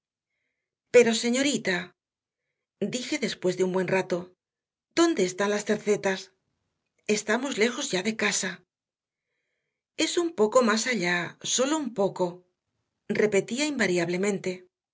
pero señorita dije después de un buen rato dónde están las cercetas estamos lejos ya de casa es un poco más allá solo un poco repetía invariablemente